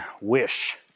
wish